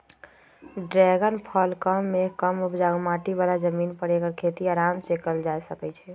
dragon फल कम मेघ कम उपजाऊ माटी बला जमीन पर ऐकर खेती अराम सेकएल जा सकै छइ